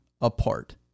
apart